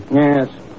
Yes